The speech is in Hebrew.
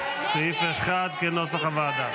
סעיף 1 כנוסח הוועדה.